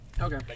Okay